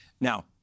Now